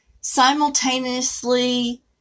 simultaneously